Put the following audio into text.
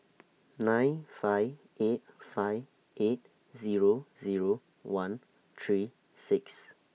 nine five eight five eight Zero Zero one three six